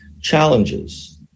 challenges